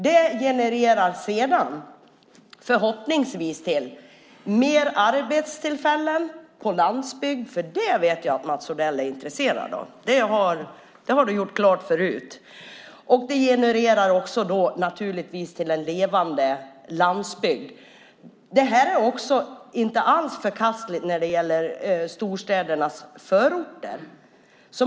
Det genererar förhoppningsvis arbetstillfällen på landsbygden, och det vet jag att Mats Odell är intresserad av; det har han tidigare gjort klart. Det leder naturligtvis också till en levande landsbygd. Det är på intet sätt heller förkastligt när det gäller storstädernas förorter.